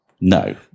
No